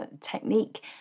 technique